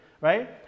right